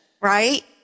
right